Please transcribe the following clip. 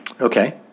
Okay